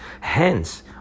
Hence